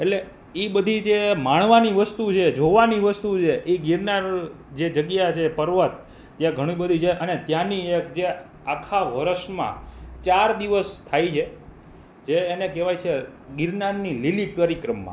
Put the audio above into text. એટલે એ બધી જે માણવાની વસ્તુ છે જોવાની વસ્તુ છે એ ગિરનાર જે જગ્યા છે પર્વત ત્યાં ઘણી બધી છે અને ત્યાંની એક જે આખા વરસમાં ચાર દિવસ થાય છે જે એને કહેવાય છે ગિરનારની લીલી પરિક્રમા